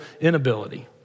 inability